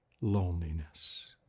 loneliness